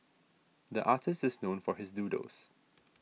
the artist is known for his doodles